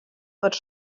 fod